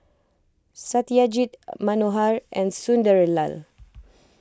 Satyajit Manohar and Sunderlal